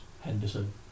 Henderson